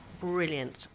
brilliant